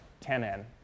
10n